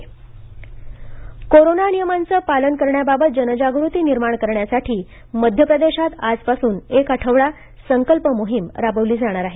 मध्य Pradesh corona corona नियमांचं पालन करण्याबाबत जनजागृती निर्माण करण्यासाठी मध्य प्रदेशात आजपासून एक आठवडा संकल्प मोहीम राबवली जाणार आहे